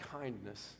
kindness